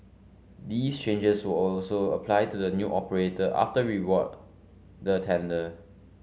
these changes will also apply to the new operator after we award the tender